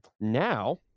now